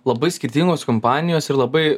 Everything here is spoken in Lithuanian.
labai skirtingos kompanijos ir labai